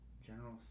General